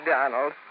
Donald